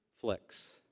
flicks